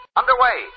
underway